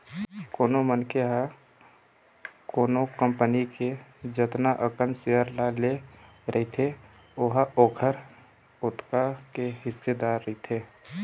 कोनो मनखे ह कोनो कंपनी के जतना अकन सेयर ल ले रहिथे ओहा ओखर ओतका के हिस्सेदार रहिथे